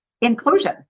inclusion